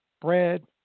bread